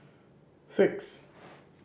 six